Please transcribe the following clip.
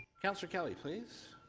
counselor kelly, please?